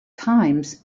times